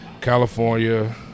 California